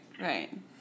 right